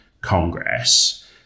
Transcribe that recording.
Congress